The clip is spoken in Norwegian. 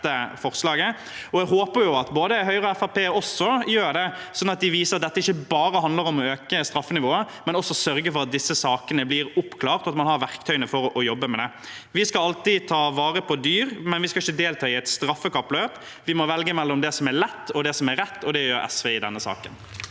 Jeg håper at både Høyre og Fremskrittspartiet også støtter det, sånn at de viser at dette ikke bare handler om å øke straffenivået, men også å sørge for at disse sakene blir oppklart, og at man har verktøyene for å jobbe med det. Vi skal alltid ta vare på dyr, men vi skal ikke delta i et straffekappløp. Vi må velge mellom det som er lett, og det som er rett, og det gjør SV i denne saken.